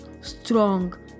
strong